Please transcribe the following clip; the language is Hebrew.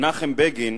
מנחם בגין